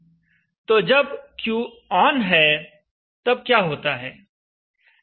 तो जब Q on है तब क्या होता है